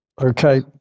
Okay